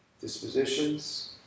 dispositions